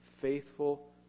faithful